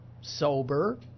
sober